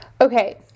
Okay